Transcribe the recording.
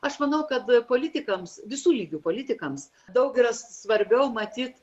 aš manau kad politikams visų lygių politikams daug svarbiau matyt